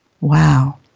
Wow